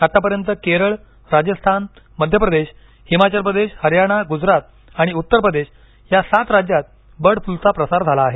आतापर्यंत केरळ राजस्थानमध्यप्रदेश हिमाचल प्रदेश हरयाणा गुजरात आणि उत्तर प्रदेश या सात राज्यात बर्ड फ्लूचा प्रसार झाला आहे